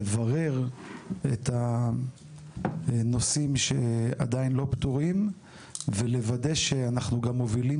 לברר את הנושאים שעדיין לא פתורים ולוודא שאנחנו גם מובילים